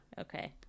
okay